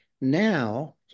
Now